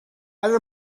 and